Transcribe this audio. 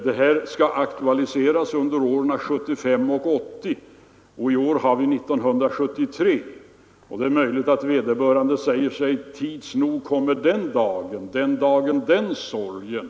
Det här skall aktualiseras under åren 1975 och 1980 och i år har vi 1973. Det kan tänkas att vederbörande säger sig: Tids nog kommer den dagen, och den dagen den sorgen.